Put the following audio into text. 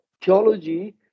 theology